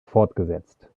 fortgesetzt